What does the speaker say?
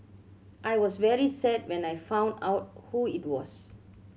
I was very sad when I found out who it was